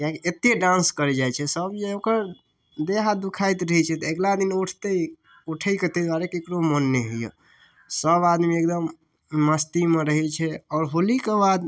किएक कि एते डान्स करै जाइ छै सब जे ओकर देह हाथ दुखाइत रहय छै तऽ अगिला दिन उठतै उठैके तऽ ककरो मोन नहि होइए सब आदमी एकदम मस्तीमे रहय छै आओर होलीके बाद